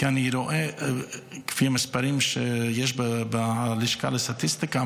כי אני רואה שלפי המספרים שיש בלשכה לסטטיסטיקה,